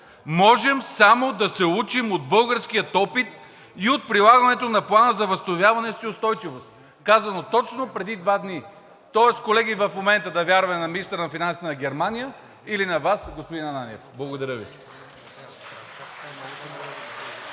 Можем само да се учим от българския опит и от прилагането на Плана за възстановяване и устойчивост.“ Казано е точно преди два дни. Тоест, колеги, в момента да вярваме на министъра на Германия или на Вас, господин Ананиев? Благодаря Ви.